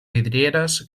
vidrieres